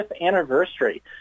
anniversary